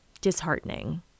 disheartening